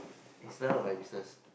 it's none of my business